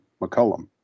McCollum